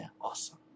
awesome